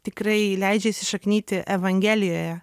tikrai leidžia įsišaknyti evangelijoje